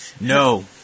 No